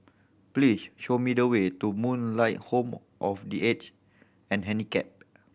please show me the way to Moonlight Home of The Aged and Handicapped